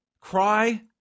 cry